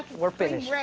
we're finished.